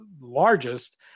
largest